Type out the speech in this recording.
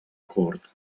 cort